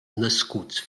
nascuts